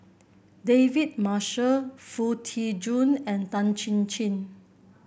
David Marshall Foo Tee Jun and Tan Chin Chin